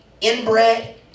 inbred